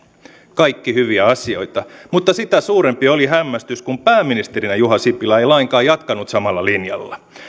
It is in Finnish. kaikki hyviä asioita mutta sitä suurempi oli hämmästys kun pääministerinä juha sipilä ei lainkaan jatkanut samalla linjalla